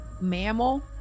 mammal